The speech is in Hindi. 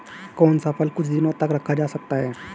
कौन सा फल कुछ दिनों तक रखा जा सकता है?